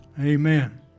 Amen